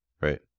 Right